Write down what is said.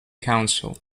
council